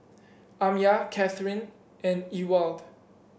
Amya Kathyrn and Ewald